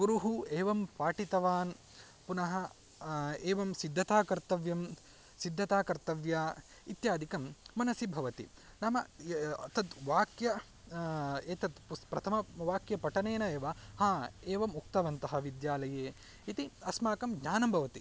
गुरुः एवं पाठितवान् पुनः एवं सिद्दता कर्तव्यं सिद्दता कर्तव्या इत्यादिकं मनसि भवति नाम तद् वाक्यं एतद् पुस् प्रथमवाक्यपठनेन एव हा एवम् उक्तवन्तः विद्यालये इति अस्माकं ज्ञानं भवति